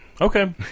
Okay